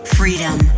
freedom